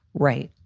right.